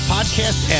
Podcast